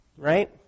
right